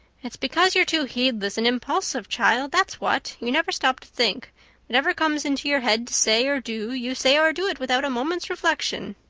it's because you're too heedless and impulsive, child, that's what. you never stop to think whatever comes into your head to say or do you say or do it without a moment's reflection.